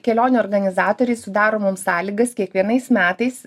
kelionių organizatoriai sudaro mums sąlygas kiekvienais metais